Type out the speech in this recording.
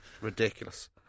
Ridiculous